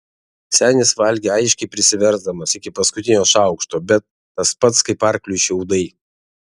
senis valgė aiškiai prisiversdamas iki paskutinio šaukšto bet tas pats kaip arkliui šiaudai